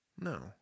No